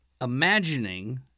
imagining